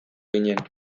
ginen